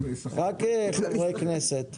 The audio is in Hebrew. רק חברי כנסת.